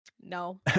No